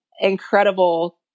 incredible